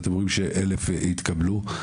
אתם אומרים ש-1,000 התקבלו.